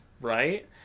right